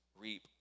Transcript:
reap